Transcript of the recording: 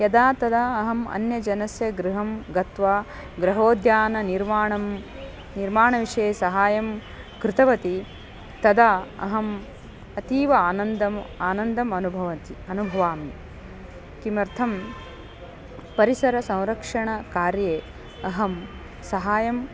यदा तदा अहम् अन्यजनस्य गृहं गत्वा गृहोद्याननिर्माणं निर्माणविषये सहायं कृतवती तदा अहम् अतीव आनन्दम् आनन्दम् अनुभवति अनुभवामि किमर्थं परिसरसंरक्षणकार्ये अहं सहायं